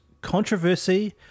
controversy